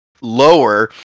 lower